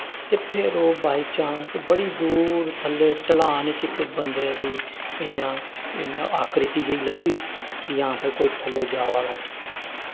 ते फिर ओह् बाई चांस बड़ी दूर थ'ल्ले ढलान च इक बंदे दी इ'यां इ'यां आकृति जेही लब्भी कि हां भाई कोई थ'ल्ले जावा दा ऐ